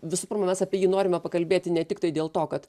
visų pirma mes apie jį norime pakalbėti ne tiktai dėl to kad